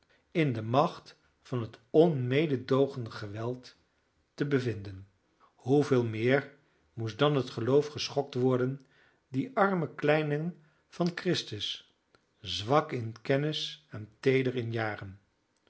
in de macht van het onmeedoogende geweld te bevinden hoeveel meer moest dan het geloof geschokt worden dier arme kleinen van christus zwak in kennis en teeder in jaren